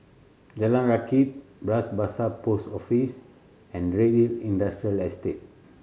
Jalan Rakit Bras Basah Post Office and Redhill Industrial Estate